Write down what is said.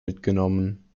mitgenommen